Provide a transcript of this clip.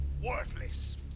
Worthless